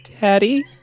Daddy